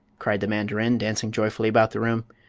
cried the mandarin, dancing joyfully about the room.